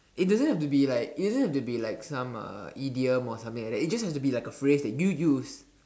it doesn't have to be like it doesn't have to be like some uh idiom or something like that it just have to be like a phrase that you use